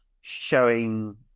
showing